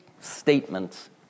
statements